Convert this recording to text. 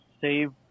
save